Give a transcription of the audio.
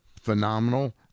phenomenal